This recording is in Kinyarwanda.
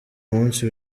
munsi